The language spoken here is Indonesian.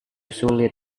sulit